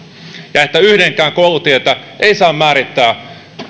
ja että yhdenkään koulutietä ei saa määrittää